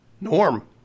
norm